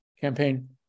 campaign